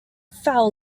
foul